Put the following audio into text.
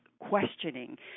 questioning